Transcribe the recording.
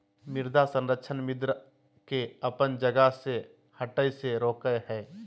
मृदा संरक्षण मृदा के अपन जगह से हठय से रोकय हइ